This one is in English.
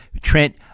Trent